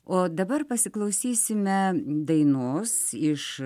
o dabar pasiklausysime dainos iš